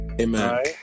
Amen